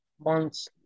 months